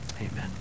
Amen